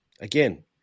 again